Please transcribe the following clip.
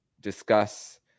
discuss